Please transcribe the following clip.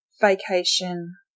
vacation